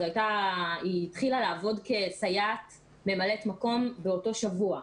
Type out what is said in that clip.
היא התחילה לעבוד כסייעת ממלאת מקום באותו שבוע.